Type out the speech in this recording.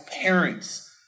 parents